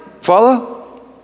Follow